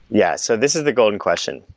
yeah. so this is the golden question,